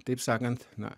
taip sakant na